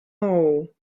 all